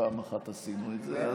פעם אחת עשינו את זה,